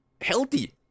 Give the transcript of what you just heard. healthy